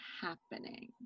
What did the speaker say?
happening